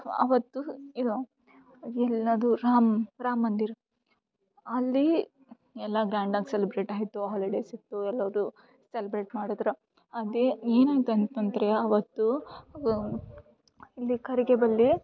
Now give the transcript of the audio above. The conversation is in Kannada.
ಅವತ್ತು ಇದು ಎಲ್ಲಾದು ರಾಮ ರಾಮ ಮಂದಿರ ಅಲ್ಲೀ ಎಲ್ಲ ಗ್ರ್ಯಾಂಡಾಗಿ ಸೆಲ್ಬ್ರೇಟ್ ಆಯಿತು ಹಾಲಿಡೇಸ್ ಇತ್ತು ಎಲ್ಲದು ಸೆಲ್ಬ್ರೇಟ್ ಮಾಡಿದ್ರೆ ಅದೇ ಏನಾಯಿತು ತಂತಂದ್ರೆ ಆವತ್ತೂ ಇಲ್ಲಿ ಕರಿಗೆ ಬಲ್ಲೀ